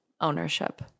ownership